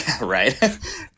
Right